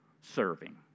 serving